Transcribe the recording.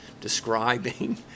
describing